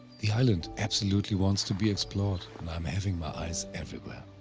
the island absolutely wants to be explored and i am having my eyes everywhere.